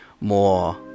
more